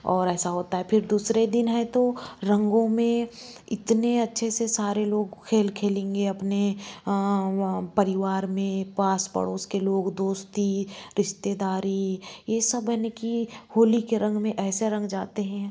और ऐसा होता है फिर दूसरे दिन है तो रंगों में इतने अच्छे से सारे लोग खेल खेलेंगे अपने परिवार में पास पड़ोस के लोग दोस्ती रिश्तेदारी ये सब इन की होली के रंग में ऐसे रंग जाते हैं